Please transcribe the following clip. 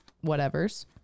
whatever's